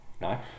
No